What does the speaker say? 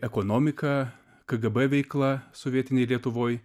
ekonomiką kgb veikla sovietinėj lietuvoj